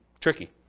tricky